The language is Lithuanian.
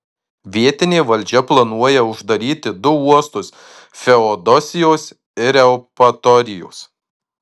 vietinė valdžia planuoja uždaryti du uostus feodosijos ir eupatorijos